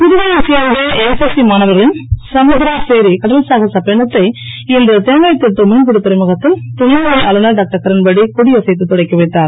புதுவையைச் சேர்ந்த என்சிசி மாணவர்களின் சமுத்ர பேரி கடல்சாகசப் பயணத்தை இன்று தேங்காய்திட்டு மீன்பிடித் துறைமுகத்தில் துணைநிலை ஆளுனர் டாக்டர்கிரண்பேடி கொடியசைத்து தொடக்கி வைத்தார்